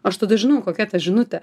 aš tada žinojau kokia ta žinutė